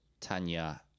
Tanya